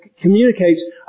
communicates